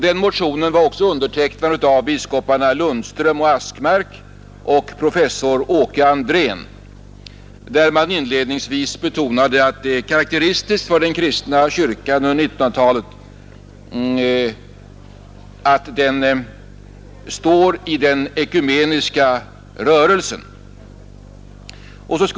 I motionen, som också var undertecknad av biskoparna Lundström och Askmark och professor Åke Andrén, betonades inledningsvis att karakteristisk för den kristna kyrkan under 1900-talet är den ekumeniska rörelsen.